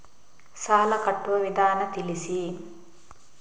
ಸಾಲ ಕಟ್ಟುವ ವಿಧಾನ ತಿಳಿಸಿ?